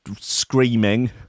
screaming